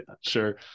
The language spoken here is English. Sure